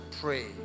pray